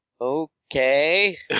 okay